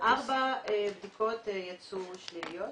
4 בדיקות יצאו שליליות,